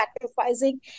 sacrificing